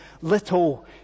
little